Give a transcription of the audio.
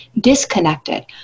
disconnected